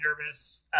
nervous